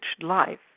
life